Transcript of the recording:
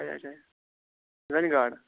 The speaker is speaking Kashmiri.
اچھا اچھا زَنہِ گاڈٕ